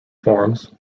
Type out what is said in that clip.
forums